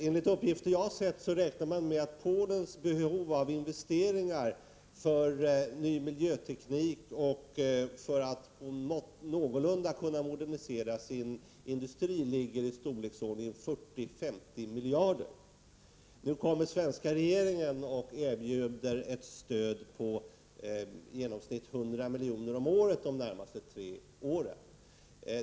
Enligt uppgifter som jag har sett räknar man med att Polens behov för att kunna investera i ny miljöteknik och för att någorlunda kunna modernisera sin industri är i storleksordningen 40-50 miljarder kronor. Nu kommer den svenska regeringen och erbjuder ett stöd på i genomsnitt 100 milj.kr. om året under de närmaste tre åren.